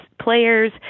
players